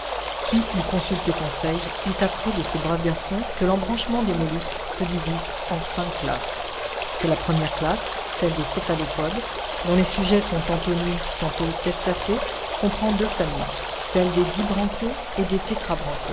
qui eût consulté conseil eût appris de ce brave garçon que l'embranchement des mollusques se divise en cinq classes que la première classe celle des céphalopodes dont les sujets sont tantôt nus tantôt testacés comprend deux familles celles des dibranchiaux et des